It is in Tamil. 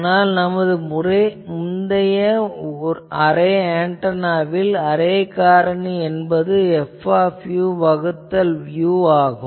ஆனால் நமது முந்தைய அரே ஆன்டெனாவில் அரே காரணி என்பது F வகுத்தல் u ஆகும்